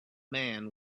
man